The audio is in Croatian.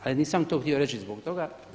Ali nisam to htio reći zbog toga.